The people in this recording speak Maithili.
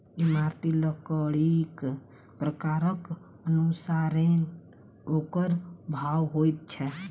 इमारती लकड़ीक प्रकारक अनुसारेँ ओकर भाव होइत छै